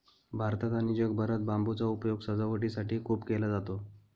भारतात आणि जगभरात बांबूचा उपयोग सजावटीसाठी खूप केला जातो